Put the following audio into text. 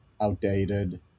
outdated